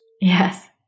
Yes